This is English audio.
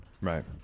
Right